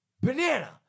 Banana